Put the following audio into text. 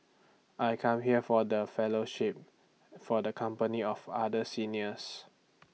I come here for the fellowship for the company of other seniors